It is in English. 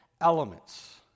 elements